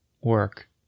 work